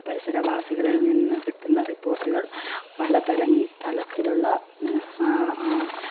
പരിസരവാസികളിൽ നിന്ന് കിട്ടുന്ന റിപ്പോർട്ടുകൾ പലതരം തലത്തിലുള്ള